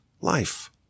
life